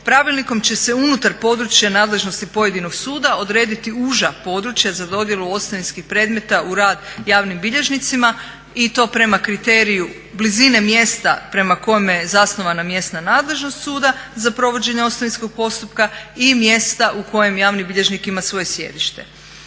Pravilnikom će se unutar područja nadležnosti pojedinog suda odrediti uža područja za dodjelu ostavinskih predmeta u rad javim bilježnicima i to prema kriteriju blizine mjesta prema kojem je zasnovana mjesna nadležnost suda za provođenje ostavinskog postupka i mjesta u kojem javni bilježnik ima svoje sjedište.